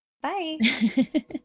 Bye